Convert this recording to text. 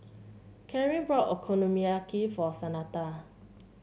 Kareen bought Okonomiyaki for